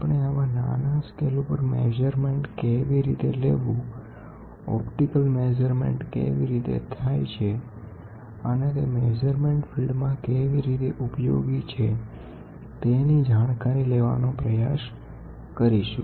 આપણે આવા નાના સ્કેલ ઉપર મેજરમેન્ટ કેવી રીતે લેવું ઓપ્ટિકલ મેઝરમેન્ટ કેવી રીતે થાય છે અને તે મેઝરમેન્ટ ફિલ્ડમાં કેવી રીતે ઉપયોગી છે તેની જાણકારી લેવાનો પ્રયાસ કરીશું